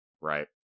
right